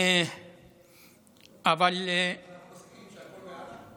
אתה מסכים שהכול מאללה?